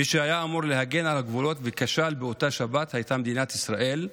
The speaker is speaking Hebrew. מי שהיה אמור להגן על הגבולות וכשל באותה שבת הייתה מדינת ישראל,